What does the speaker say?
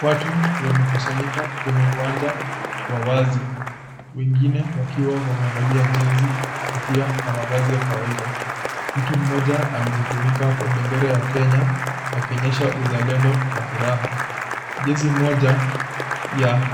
Watu wamekusanyika kwenye uwanja wa wazi, wengine wakiwa wamevalia jezi kofia na mavazi ya kawaida. Mtu mmoja amejifunika kwa bendera ya Kenya, akionyesha uzalendo na furaha. Jezi moja ya